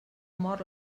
mor